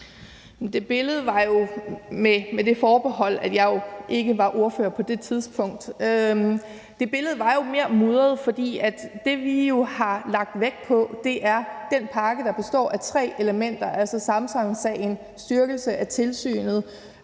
det tidspunkt, mere mudret, for det, vi har lagt vægt på, er den pakke, der består af tre elementer, altså Samsamsagen, styrkelse af tilsynet